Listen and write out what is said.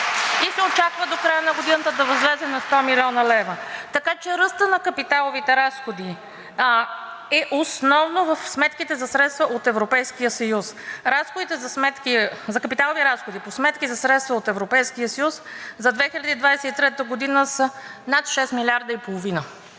и се очаква до края на годината да възлезе на 100 млн. лв., така че ръстът на капиталовите разходи е основно в сметките за средства от Европейския съюз. Разходите за капиталови разходи по сметки за средства от Европейския съюз за 2023 г. са над шест милиарда